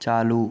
चालू